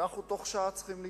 ואנחנו בתוך שעה צריכים לגמור.